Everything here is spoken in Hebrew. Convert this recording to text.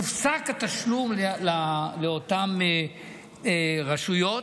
הופסק התשלום לאותן רשויות,